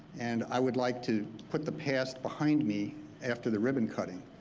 and i would like to put the past behind me after the ribbon cutting.